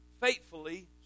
faithfully